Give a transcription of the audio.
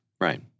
Right